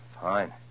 fine